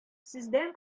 сездән